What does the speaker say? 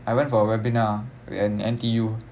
I went for a webinar at N_T_U